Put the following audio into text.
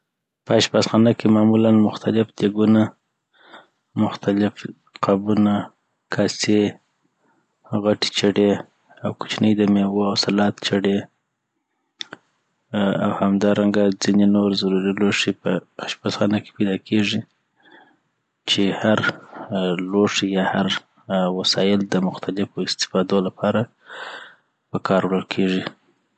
په اشپزخانه کي معمولا مختلف دیګونه، مختلف قابونه، کاسې، غټې چړې، او کوچني دمېوو او سلات چړې، .آ او همدارنګه ځیني نور ضروري لوښي په اشپزخانه کی پیداکیږی چی هر لوښی یا هر وسایل دمختلفو استفادو لپاره په کار وړل کیږی